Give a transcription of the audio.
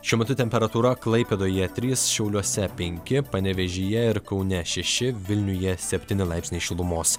šiuo metu temperatūra klaipėdoje trys šiauliuose penki panevėžyje ir kaune šeši vilniuje septyni laipsniai šilumos